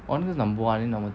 orh 哪个是 number one then number two